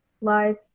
Lies